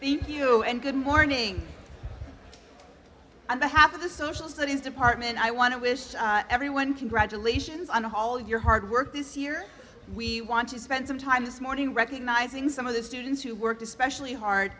thank you and good morning on behalf of the social studies department i want to wish everyone congratulations on all your hard work this year we want to spend some time this morning recognizing some of the students who worked especially hard